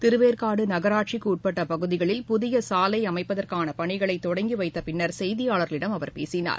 திருவேற்காடு நகராட்சிக்குட்பட்ட பகுதிகளில் புதிய சாலை அமைப்பதற்கான பணிகளை தொடங்கி வைத்த பின்னர் செய்தியாளர்களிடம் அவர் பேசினார்